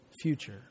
future